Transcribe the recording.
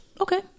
Okay